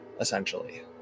essentially